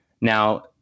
Now